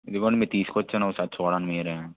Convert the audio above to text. ఇదుగో అండి తీసుకువచ్చాను చూడండి మీరే